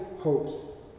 hopes